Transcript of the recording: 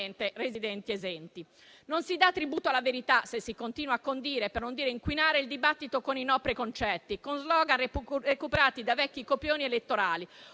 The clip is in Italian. residenti esenti). Non si dà tributo alla verità se si continua a condire, per non dire inquinare, il dibattito con i no preconcetti, con slogan recuperati da vecchi copioni elettorali;